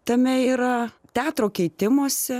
tame yra teatro keitimosi